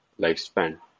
lifespan